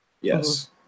yes